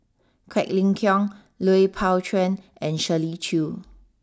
Quek Ling Kiong Lui Pao Chuen and Shirley Chew